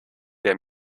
der